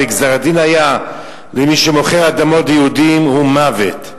וגזר-הדין למי שמוכר אדמות ליהודים היה מוות.